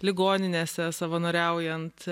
ligoninėse savanoriaujant